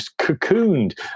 cocooned